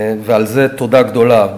ועל זה תודה גדולה.